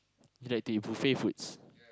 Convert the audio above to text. you like to eat buffet foods